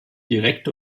direkt